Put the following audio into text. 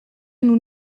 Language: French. nous